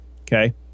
Okay